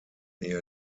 ihr